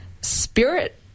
spirit